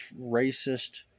racist